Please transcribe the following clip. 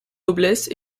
noblesse